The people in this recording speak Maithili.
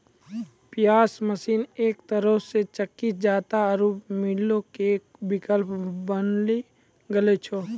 पिशाय मशीन एक तरहो से चक्की जांता आरु मीलो के विकल्प बनी गेलो छै